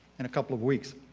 in a couple of weeks.